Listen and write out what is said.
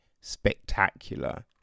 spectacular